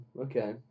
Okay